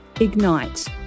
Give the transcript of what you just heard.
ignite